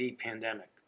pandemic